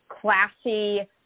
classy